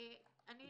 אני